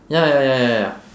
ya ya ya ya ya